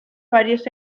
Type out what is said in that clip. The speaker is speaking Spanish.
varios